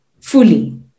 fully